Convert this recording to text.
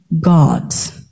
gods